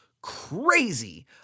crazy